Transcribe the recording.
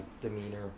demeanor